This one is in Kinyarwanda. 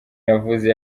yavuze